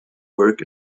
work